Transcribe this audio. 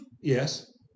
Yes